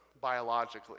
biologically